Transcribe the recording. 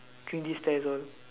cringy stares all